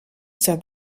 zur